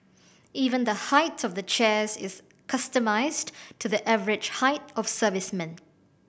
even the height of the chairs is customised to the average height of servicemen